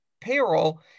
payroll